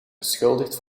beschuldigd